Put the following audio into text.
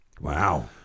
Wow